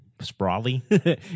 sprawly